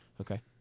Okay